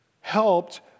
helped